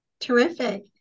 Terrific